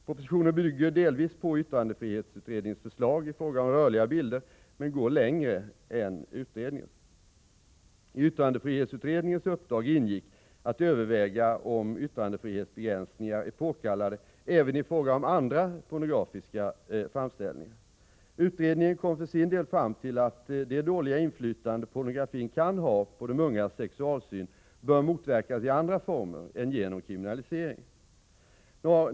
Propositionen bygger delvis på yttrandefrihetsutredningens förslag i fråga om rörliga bilder men går längre än utredningen. I yttrandefrihetsutredningens uppdrag ingick att överväga om yttrandefrihetsbegränsningar är påkallade även i fråga om andra pornografiska framställningar. Utredningen kom för sin del fram till att det dåliga inflytande pornografin kan ha på de ungas sexualsyn bör motverkas i andra former än genom kriminalisering.